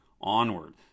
Onward